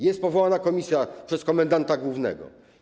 Jest powołana komisja przez komendanta głównego.